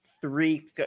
three